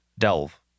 delve